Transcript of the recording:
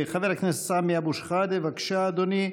חבר הכנסת סמי אבו שחאדה, בבקשה, אדוני,